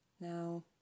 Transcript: Now